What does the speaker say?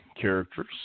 characters